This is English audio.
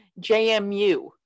JMU